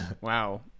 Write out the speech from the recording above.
wow